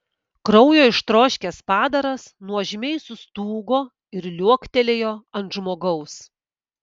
kraujo ištroškęs padaras nuožmiai sustūgo ir liuoktelėjo ant žmogaus